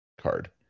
card